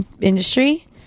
Industry